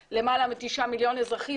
של למעלה מתשעה מיליון אזרחים,